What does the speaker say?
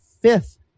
fifth